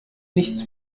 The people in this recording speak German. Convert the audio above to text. nichts